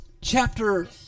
chapter